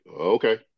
okay